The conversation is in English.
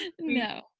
No